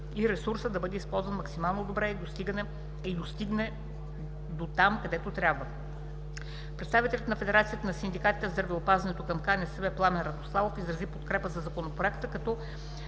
и ресурсът да бъде използван максимално добре и да стигне дотам, където трябва. Представителят на Федерацията на синдикатите в здравеопазването към КНСБ Пламен Радославов изрази подкрепа за Законопроекта, като